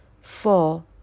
four